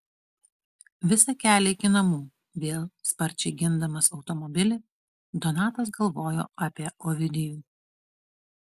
visą kelią iki namų vėl sparčiai gindamas automobilį donatas galvojo apie ovidijų